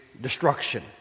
destruction